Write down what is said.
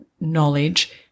knowledge